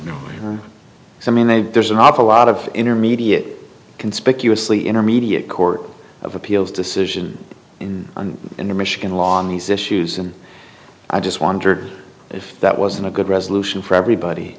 e i mean they there's an awful lot of intermediate conspicuously intermediate court of appeals decision in in michigan law on these issues and i just wondered if that was in a good resolution for everybody